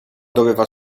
doveva